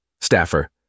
Staffer